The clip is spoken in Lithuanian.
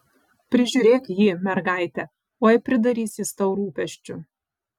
prižiūrėk jį mergaite oi pridarys jis tau rūpesčių